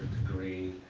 degree.